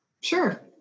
Sure